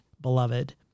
beloved